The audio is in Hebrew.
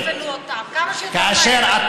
שיפנו אותם, כמה שיותר מהר.